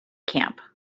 camp